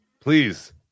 please